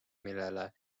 millele